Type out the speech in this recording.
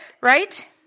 right